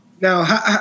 Now